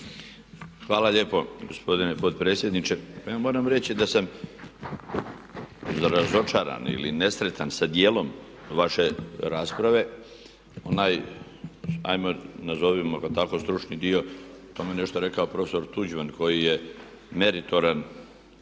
Hvala lijepo gospodine potpredsjedniče. Pa ja moram reći da sam razočaran ili nesretan sa dijelom vaše rasprave. Onaj hajmo nazovimo ga tako stručni dio, o tome je nešto rekao prof. Tuđman koji je meritoran